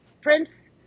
Prince